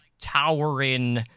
towering